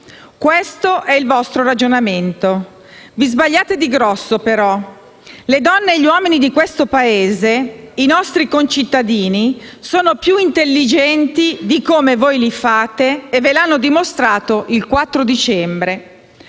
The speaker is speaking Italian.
Questo è il vostro ragionamento, ma vi sbagliate di grosso. Le donne e gli uomini di questo Paese, i nostri concittadini, sono più intelligenti di come voi li fate e ve l'hanno dimostrato il 4 dicembre